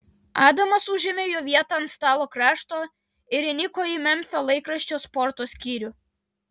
adamas užėmė jo vietą ant stalo krašto ir įniko į memfio laikraščio sporto skyrių